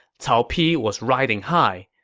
cao pi was riding high.